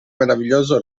meraviglioso